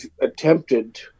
attempted